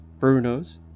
Brunos